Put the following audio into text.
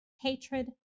hatred